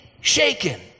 shaken